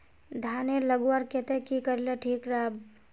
धानेर लगवार केते की करले ठीक राब?